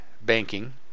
banking